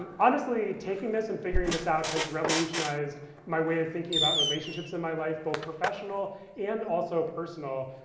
um honestly, taking this and figuring this out has revolutionized my way of thinking about relationships in my life, both professional, and also personal.